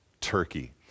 Turkey